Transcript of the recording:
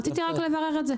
רק רציתי לברר את זה.